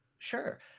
Sure